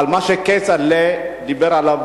על מה שכצל'ה דיבר עליו,